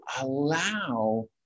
allow